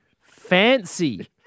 fancy